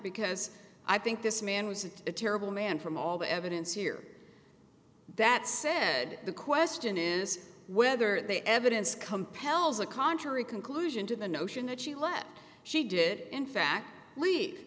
because i think this man was a terrible man from all the evidence here that said the question is whether the evidence compels a contrary conclusion to the notion that she left she did in fact lea